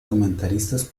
comentaristas